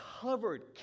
Covered